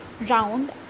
round